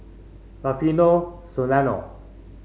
Rufino Soliano